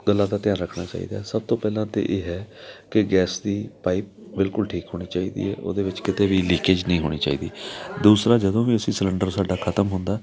ਗੱਲਾਂ ਦਾ ਧਿਆਨ ਰੱਖਣਾ ਚਾਹੀਦਾ ਸਭ ਤੋਂ ਪਹਿਲਾਂ ਤਾਂ ਇਹ ਹੈ ਕਿ ਗੈਸ ਦੀ ਪਾਈਪ ਬਿਲਕੁਲ ਠੀਕ ਹੋਣੀ ਚਾਹੀਦੀ ਹੈ ਉਹਦੇ ਵਿੱਚ ਕਿਤੇ ਵੀ ਲੀਕੇਜ ਨਹੀਂ ਹੋਣੀ ਚਾਹੀਦੀ ਦੂਸਰਾ ਜਦੋਂ ਵੀ ਅਸੀਂ ਸਲੰਡਰ ਸਾਡਾ ਖ਼ਤਮ ਹੁੰਦਾ